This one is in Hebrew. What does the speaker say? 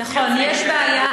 שמייצרים, נכון, יש בעיה.